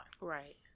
Right